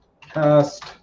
Cast